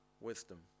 wisdom